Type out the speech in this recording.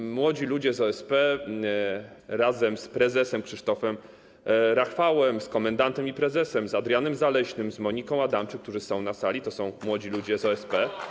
I młodzi ludzie z OSP razem z prezesem Krzysztofem Rachwałem, z komendantem i prezesem, z Adrianem Zaleśnym, z Moniką Adamczyk, którzy są na sali, to są młodzi ludzie z OSP.